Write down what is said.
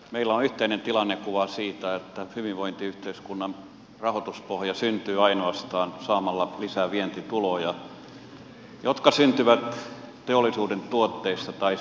meillä on yhteinen tilannekuva siitä että hyvinvointiyhteiskunnan rahoituspohja syntyy ainoastaan saamalla lisää vientituloja jotka syntyvät teollisuuden tuotteista tai sitten palveluista